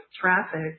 traffic